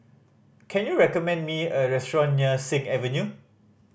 can you recommend me a restaurant near Sing Avenue